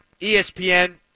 ESPN